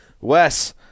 Wes